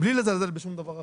בלי לזלזל בשום דבר אחר,